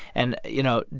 and, you know,